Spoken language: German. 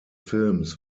films